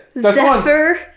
Zephyr